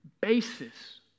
basis